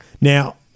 Now